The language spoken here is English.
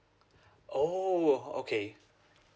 oh okay